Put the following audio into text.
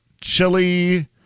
chili